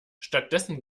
stattdessen